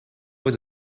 was